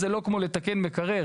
זה לא כמו לתקן מקרר.